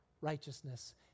righteousness